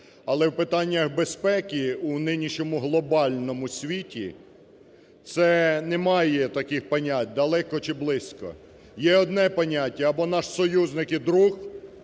але в питаннях безпеки у нинішньому глобальному світі це немає таких понять "далеко" чи "близько". Є одне поняття: або наш союзник і друг,